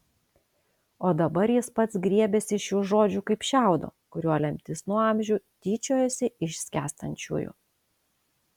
o dabar jis pats griebėsi šių žodžių kaip šiaudo kuriuo lemtis nuo amžių tyčiojasi iš skęstančiųjų